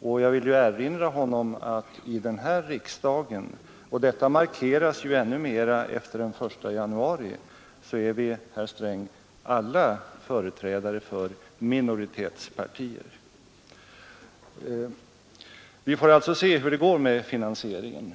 Och jag vill erinra honom om att i den här riksdagen är vi alla — och detta markeras ännu mer efter den 1 januari 1974 — företrädare för minoritetspartier. Vi får alltså se hur det går med finansieringen.